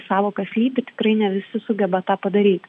sąvoka slypi tikrai ne visi sugeba tą padaryti